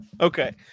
Okay